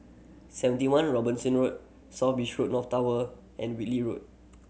Seventy One Robinson Road South Beach North Tower and Whitley Road